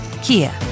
Kia